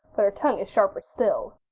but her tongue is sharper still.